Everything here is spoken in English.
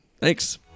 Thanks